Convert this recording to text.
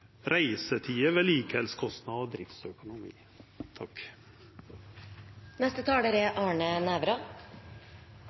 reisetider, vedlikehaldskostnader og driftsøkonomi. Hyperloop er